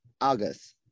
August